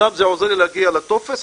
אמנם זה עוזר לי להגיע לטופס,